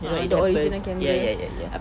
you know it happens ya ya ya ya